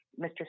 Mr